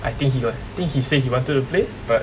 I think he got think he said he wanted to play but